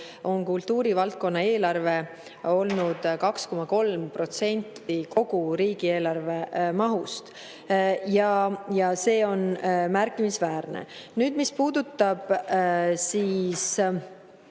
on kultuurivaldkonna eelarve olnud 2,3% kogu riigieelarve mahust. See on märkimisväärne. Mis puudutab